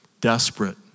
desperate